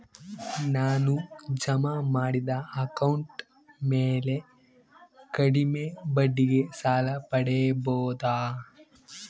ನಾನು ಜಮಾ ಮಾಡಿದ ಅಕೌಂಟ್ ಮ್ಯಾಲೆ ಕಡಿಮೆ ಬಡ್ಡಿಗೆ ಸಾಲ ಪಡೇಬೋದಾ?